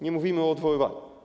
Nie mówimy o odwoływaniu.